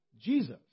Jesus